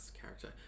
character